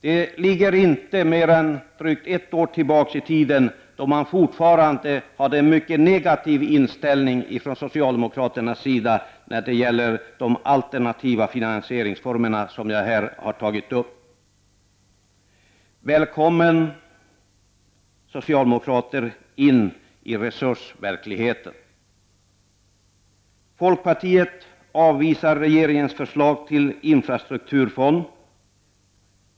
Det ligger inte mer än drygt ett år tillbaka i tiden när man från socialdemokraternas sida fortfarande hade en mycket negativ inställning när det gäller de alternativa finansieringsformerna, som jag här har tagit upp. Välkommen, socialdemokrater, in i resursverkligheten! Folkpartiet avvisar regeringens förslag till infrastrukturfond.